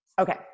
Okay